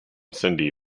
cindy